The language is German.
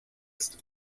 ist